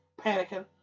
panicking